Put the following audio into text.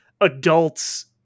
adults